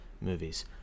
movies